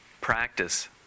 practice